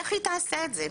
איך היא תעשה את זה?